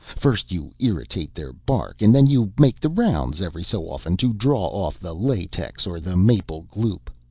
first you irritate their bark and then you make the rounds every so often to draw off the latex or the maple gloop.